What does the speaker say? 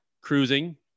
cruising